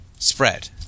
spread